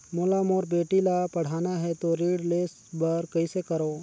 मोला मोर बेटी ला पढ़ाना है तो ऋण ले बर कइसे करो